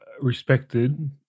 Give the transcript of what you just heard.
respected